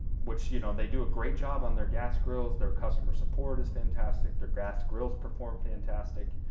which, you know, they do a great job on their gas grills, their customer support is fantastic, their gas grills perform fantastic,